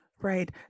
Right